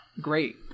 great